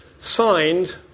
signed